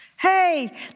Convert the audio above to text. Hey